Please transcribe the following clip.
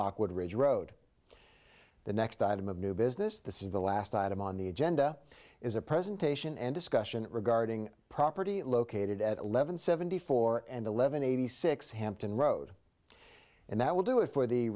lockwood ridge road the next item of new business this is the last item on the agenda is a presentation and discussion regarding property located at eleven seventy four and eleven eighty six hampton road and that will do it for the